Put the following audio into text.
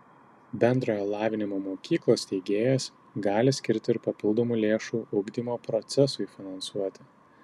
bendrojo lavinimo mokyklos steigėjas gali skirti ir papildomų lėšų ugdymo procesui finansuoti